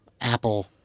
apple